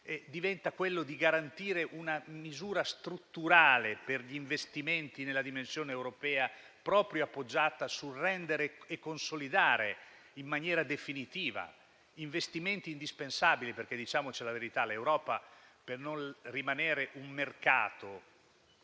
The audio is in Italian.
diventerà garantire una misura strutturale agli investimenti nella dimensione europea appoggiata sul rendere e consolidare in maniera definitiva investimenti indispensabili. Diciamoci la verità: l'Europa, per non rimanere un mercato